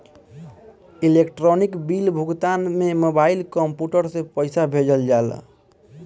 electronic bill भुगतान में mobile, computer से पईसा भेजल जाला